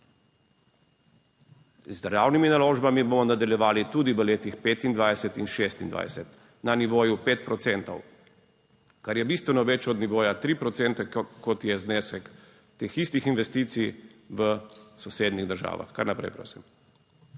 Z državnimi naložbami bomo nadaljevali tudi v letih 2025 in 2026 na nivoju 5 procentov, kar je bistveno več od nivoja 3 procente, kot je znesek teh istih investicij v sosednjih državah. (Kar naprej, prosim.)